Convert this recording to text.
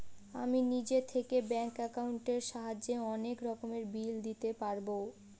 আমি নিজে থেকে ব্যাঙ্ক একাউন্টের সাহায্যে অনেক রকমের বিল দিতে পারবো